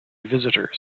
visitors